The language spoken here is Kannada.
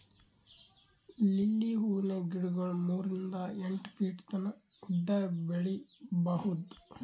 ಲಿಲ್ಲಿ ಹೂವಿನ ಗಿಡಗೊಳ್ ಮೂರಿಂದ್ ಎಂಟ್ ಫೀಟ್ ತನ ಉದ್ದ್ ಬೆಳಿಬಹುದ್